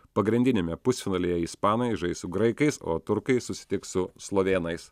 pagrindiniame pusfinalyje ispanai žais su graikais o turkai susitiks su slovėnais